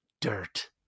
dirt